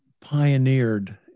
pioneered